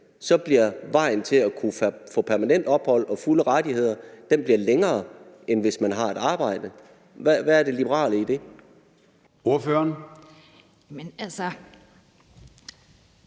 så bliver vejen til at kunne få permanent ophold og fulde rettigheder længere, end hvis man har et arbejde. Hvad er det liberale i det? Kl.